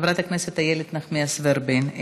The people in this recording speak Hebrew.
חברת הכנסת איילת נחמיאס ורבין,